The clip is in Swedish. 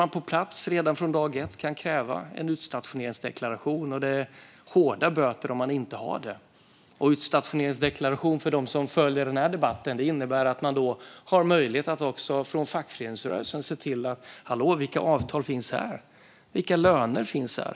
Man kan på plats redan från dag ett kräva en utstationeringsdeklaration. Det blir hårda böter om de inte har det. Utstationeringsdeklaration, för dem som följer den här debatten, innebär att man har möjlighet att också från fackföreningsrörelsen fråga: Hallå, vilka avtal finns här? Vilka löner finns här?